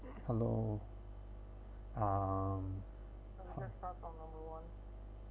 hello um so we just start on number one